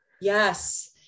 Yes